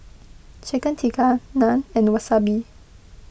Chicken Tikka Naan and Wasabi